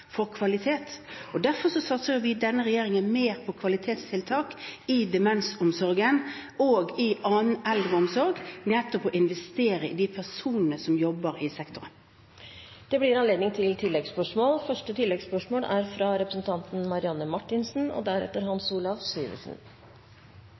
for kvalitet. Derfor satser denne regjeringen mer på kvalitetstiltak i demensomsorgen og i annen eldreomsorg ved nettopp å investere i de personene som jobber i sektoren. Det blir gitt anledning til oppfølgingsspørsmål – først fra Marianne Marthinsen.